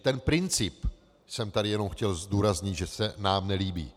Ten princip jsem tady jenom chtěl zdůraznit, že se nám nelíbí.